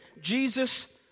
Jesus